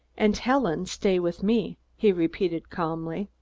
and helen stay with me, he repeated calmly.